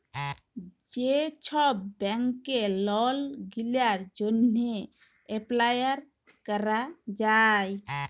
যে ছব ব্যাংকে লল গিলার জ্যনহে এপ্লায় ক্যরা যায়